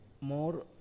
more